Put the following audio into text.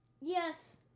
Yes